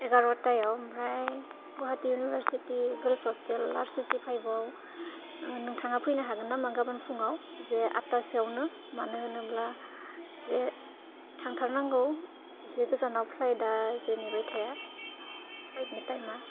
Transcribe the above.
एगार'थायाव ओमफ्राय Guwahati girls hostel university R C C फाइभआव नोंथाङा फैनो हागोन नामा आं गाबोन फुङाव जे आतसोआवनो मानो होनोब्ला जे थांथारनांगौ एसे गोजानाव फ्लाइटआ जे नेबाय थाया फ्लाइटनि टाइमा